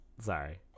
sorry